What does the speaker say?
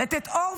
לתת אור,